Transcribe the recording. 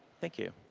thank you.